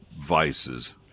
vices